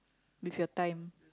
with your time